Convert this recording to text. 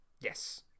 yes